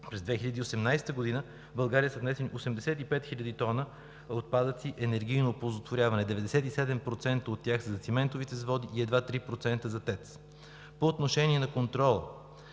През 2018 г. в България са внесени 85 000 тона отпадъци за енергийно оползотворяване. 97% от тях са за циментовите заводи и едва 3% за ТЕЦ. По отношение на контрола.